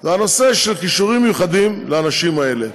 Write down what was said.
זה הנושא של כישורים מיוחדים לאנשים האלה.